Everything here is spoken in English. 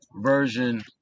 version